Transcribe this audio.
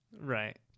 Right